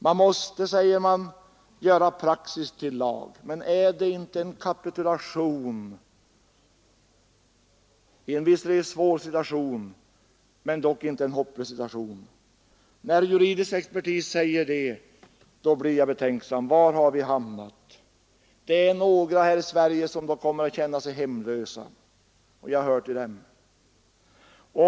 Vi måste göra praxis till lag, säger man. Men är inte detta en kapitulation i en svår men inte hopplös situation? När juridisk expertis säger att vi skall göra praxis till lag, blir jag betänksam. Och jag frågar: Var har vi hamnat? Om vi gör det, så är det några människor här i Sverige som kommer att känna sig hemlösa. Jag hör själv till dem.